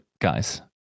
guys